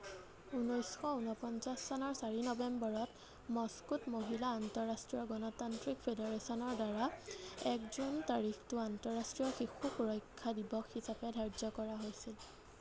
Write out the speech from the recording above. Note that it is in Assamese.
ঊনৈছশ ঊনপঞ্চাছ চনৰ চাৰি নৱেম্বৰত মস্কোত মহিলা আন্তঃৰাষ্ট্ৰীয় গণতান্ত্ৰিক ফেডাৰেচনৰ দ্বাৰা এক জুন তাৰিখটো আন্তঃৰাষ্ট্ৰীয় শিশু সুৰক্ষা দিৱস হিচাপে ধাৰ্য কৰা হৈছিল